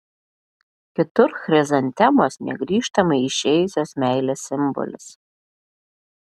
kitur chrizantemos negrįžtamai išėjusios meilės simbolis